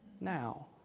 now